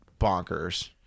bonkers